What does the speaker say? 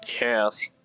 Yes